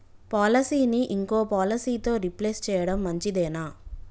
పాలసీని ఇంకో పాలసీతో రీప్లేస్ చేయడం మంచిదేనా?